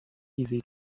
easy